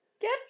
Get